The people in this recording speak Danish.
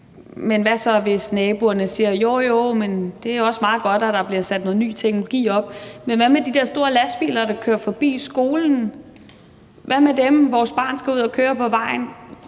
Men hvad så, hvis naboerne siger: Jo jo, det er også meget godt, at der bliver sat noget ny teknologi op, men hvad med de store lastbiler, der kører forbi skolen? Hvad med dem, når vores børn skal ud at køre på vejene?